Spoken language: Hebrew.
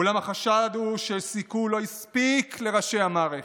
אולם החשד הוא שסיכול לא הספיק לראשי המערכת.